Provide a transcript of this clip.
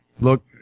look